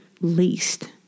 least